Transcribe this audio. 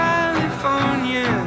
California